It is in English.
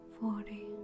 forty